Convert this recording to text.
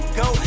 go